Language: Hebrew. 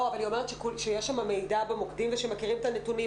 אבל היא אומרת שיש שם מידע במוקדים ושמכירים את הנתונים.